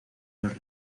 los